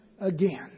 again